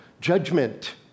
judgment